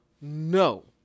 no